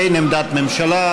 אין עמדת ממשלה,